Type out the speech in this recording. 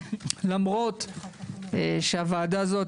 למרות שהוועדה הזו,